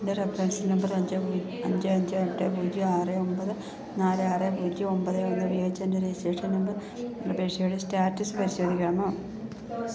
എൻ്റെ reference number അഞ്ച് അഞ്ച് അഞ്ച് എട്ട് പൂജ്യം ആറ് ഒമ്പത് നാല് ആറ് പൂജ്യം ഒമ്പത് ഒന്ന് ഉപയോഗിച്ച് എൻ്റെ രജിസ്ട്രേഷൻ നമ്പർ അപേക്ഷയുടെ സ്റ്റാറ്റസ് പരിശോധിക്കാമോ